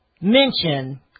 mention